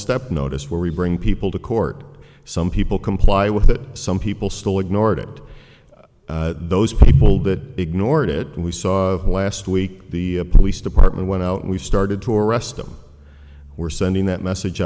step notice where we bring people to court some people comply with that some people still ignored those people that ignored it and we saw last week the police department went out and we started to arrest them we're sending that message